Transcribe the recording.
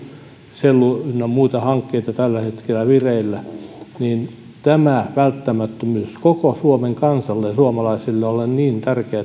sellu ynnä muita hankkeita tällä hetkellä vireillä tämä välttämättömyys koko suomen kansalle ja suomalaisille on niin tärkeä